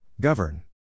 Govern